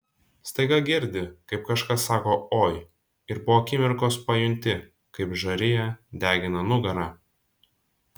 staiga girdi kaip kažkas sako oi ir po akimirkos pajunti kaip žarija degina nugarą